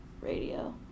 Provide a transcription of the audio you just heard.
radio